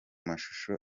mashusho